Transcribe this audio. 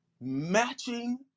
matching